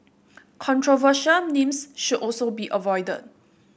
controversial names should also be avoided